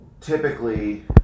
typically